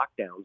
lockdowns